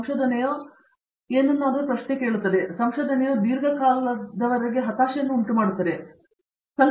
ಸಂಶೋಧನೆಯು ಯಾರನ್ನಾದರೂ ಹೇಳುತ್ತದೆ ಸಂಶೋಧನೆಯು ನಿಮಗೆ ದೀರ್ಘಕಾಲದಿಂದ ಹತಾಶೆಯನ್ನುಂಟುಮಾಡುತ್ತದೆ ಇದು ಸಂಕ್ಷಿಪ್ತ ಅವಧಿಗಳ ನಡುವೆ ವಿಭಜನೆಗೊಳ್ಳುತ್ತದೆ